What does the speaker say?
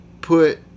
put